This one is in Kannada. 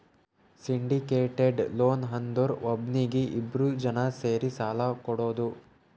ಸಿಂಡಿಕೇಟೆಡ್ ಲೋನ್ ಅಂದುರ್ ಒಬ್ನೀಗಿ ಇಬ್ರು ಜನಾ ಸೇರಿ ಸಾಲಾ ಕೊಡೋದು